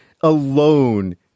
alone